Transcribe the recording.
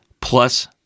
plus